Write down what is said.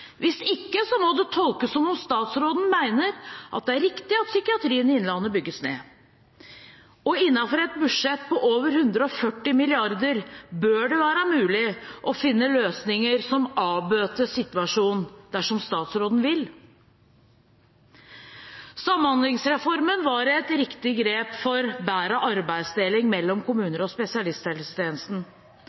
Hvis ikke må det tolkes som om statsråden mener at det er riktig at psykiatrien i innlandet bygges ned. Innenfor et budsjett på over 140 mrd. kr bør det være mulig å finne løsninger som avbøter situasjonen, dersom statsråden vil. Samhandlingsreformen var et riktig grep for bedre arbeidsdeling mellom kommuner og spesialisthelsetjenesten.